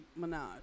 Minaj